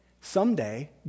Someday